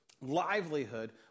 livelihood